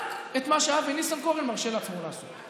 את מה שאבי ניסנקורן מרשה לעצמו לעשות?